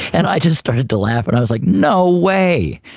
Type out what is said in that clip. and i just started to laugh and i was like, no way,